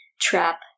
trap